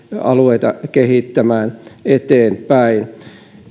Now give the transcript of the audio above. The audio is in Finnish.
alueita kehittämään eteenpäin